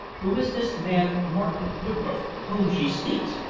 who is this man martin woodroffe, of whom she speaks?